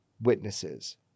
witnesses